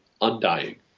Undying